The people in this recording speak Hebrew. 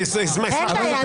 אין בעיה.